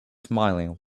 smiling